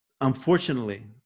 Unfortunately